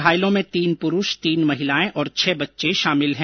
घायर्लों में तीन पुरूष तीन महिलाएं और छह बच्चे शामिल हैं